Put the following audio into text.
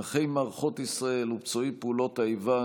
נכי מערכות ישראל ופצועי פעולות האיבה,